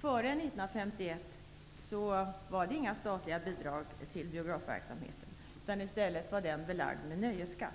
Före 1951 fanns det inga statliga bidrag till biografverksamheten. Den var i stället belagd med nöjesskatt.